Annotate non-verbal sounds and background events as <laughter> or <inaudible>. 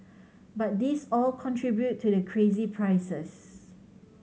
<noise> but these all contribute to the crazy prices